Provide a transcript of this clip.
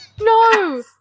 No